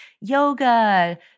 yoga